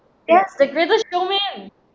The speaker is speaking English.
yes the greatest showman